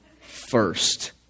first